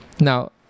now